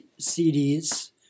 CDs